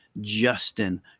Justin